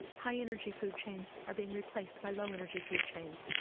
high-energy food chains are being replaced by low-energy food chains.